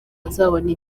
azabone